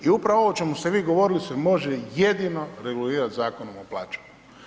I upravo o čemu ste vi govorili se može jedino regulirati Zakonom o plaćama.